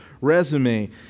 resume